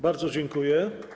Bardzo dziękuję.